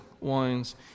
wines